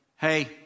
Hey